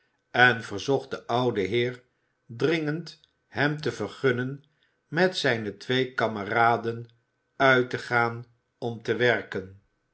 en verzocht den ouden heer dringend hem te vergunnen met zijne twee kameraden uit te gaan om te werken